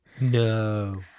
No